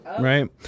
Right